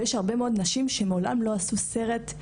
ויש הרבה מאוד נשים שמעולם לא עשו סרט,